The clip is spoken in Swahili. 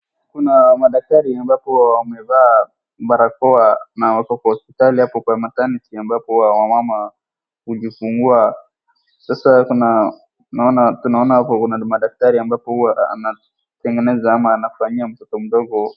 Kuna madaktari ambapo wamevaa barakoa na wako kwa hospitali hapo kwa maternity ambapo wamama hujifungua sasa kuna tunaona hapo kuna madaktari ambapo anatengeneza ama anafanyia mtoto mdogo.